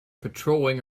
patrolling